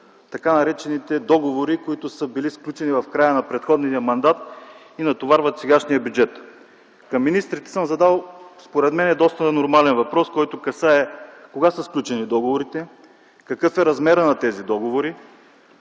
тъй наречените договори, които са били сключени в края на предходния мандат и натоварват сегашния бюджет. Към министрите съм задал според мен доста нормален въпрос, който касае кога са сключени договорите, какъв е размерът на тези договори,